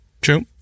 True